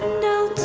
know.